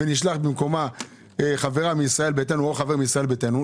ונשלח במקומה חברה או חבר מישראל ביתנו,